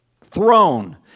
throne